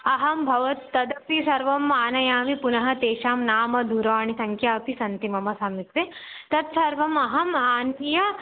अहं भवतः तदपि सर्वम् आनयामि पुनः तेषां नाम दूरवाणीसङ्ख्या अपि सन्ति मम समीपे तत्सर्वम् अहम् आनीय